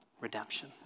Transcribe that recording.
Redemption